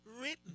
Written